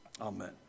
Amen